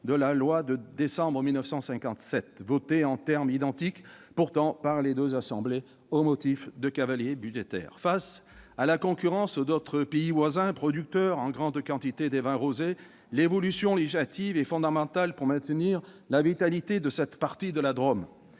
de la loi de décembre 1957, pourtant voté en termes identiques par les deux assemblées, au motif qu'il s'agissait d'un cavalier budgétaire. Face à la concurrence de pays voisins, producteurs en grande quantité de vins rosés, l'évolution législative est fondamentale pour maintenir la vitalité de cette partie de la Drôme.